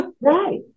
right